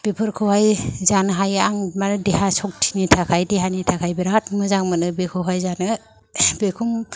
बेफोरखौहाय जानो हायो आं माने देहा शक्तिनि थाखाय देहानि थाखाय बिराद मोजां मोनो बेखौहाय जानो बेखौ